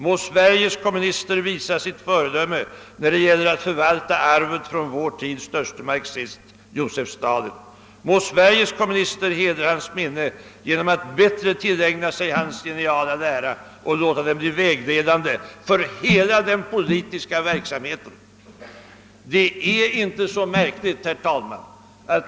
Må Sveriges kommunister visa sitt föredöme när det gäller att förvalta arvet från vår tids störste marxist, Josef Stalin. Må Sveriges kommunister hedra Stalins minne genom att bättre tillägna sig Stalins geniala lära och låta den bli vägledande för hela den politiska verksamheten.» Herr talman!